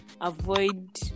avoid